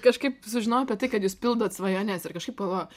kažkaip sužinojau apie tai kad jūs pildot svajones ir kažkaip pagalvojau